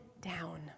down